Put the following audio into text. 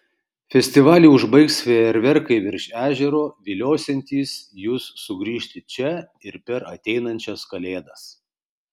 festivalį užbaigs fejerverkai virš ežero viliosiantys jus sugrįžti čia ir per ateinančias kalėdas